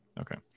Okay